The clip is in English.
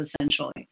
essentially